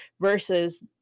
versus